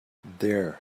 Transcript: there